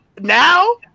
now